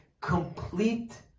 complete